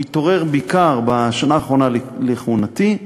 הוא התעורר בעיקר בשנה האחרונה לכהונתי,